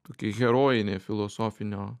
tokį herojinį filosofinio